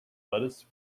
lettuce